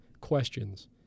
questions